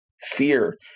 fear